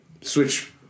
Switch